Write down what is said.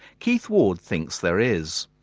keith ward thinks there is.